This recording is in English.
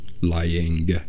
lying